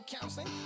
counseling